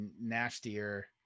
nastier